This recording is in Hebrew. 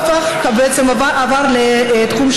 עם כל הכבוד,